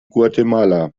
guatemala